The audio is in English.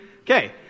Okay